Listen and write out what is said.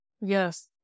Yes